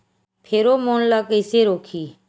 Pheromone ला कइसे रोकही?